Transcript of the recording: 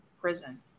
prison